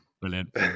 brilliant